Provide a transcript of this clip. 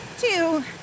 two